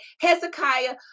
hezekiah